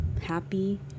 happy